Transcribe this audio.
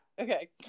okay